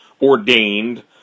ordained